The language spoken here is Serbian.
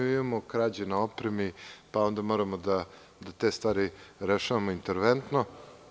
Imamo krađe na opremi, pa onda moramo da te stvari rešavamo interventno.